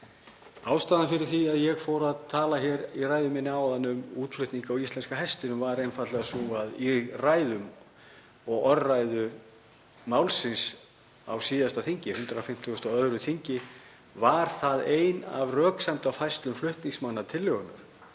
Ástæðan fyrir því að ég talaði í ræðu minni áðan um útflutning á íslenska hestinum er einfaldlega sú að í ræðum og orðræðu málsins á síðasta þingi, 152. þingi, var það ein af röksemdafærslum flutningsmanna tillögunnar